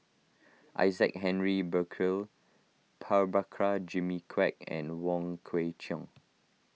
Isaac Henry Burkill Prabhakara Jimmy Quek and Wong Kwei Cheong